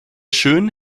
schön